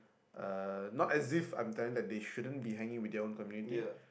uh not as if I'm telling that they shouldn't be hanging with their own community